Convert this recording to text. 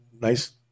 nice